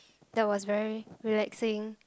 that was very relaxing